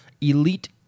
Elite